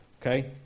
Okay